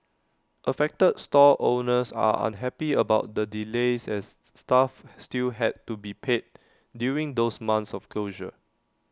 affected stall owners are unhappy about the delays as staff still had to be paid during those months of closure